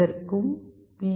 இதற்கும் பி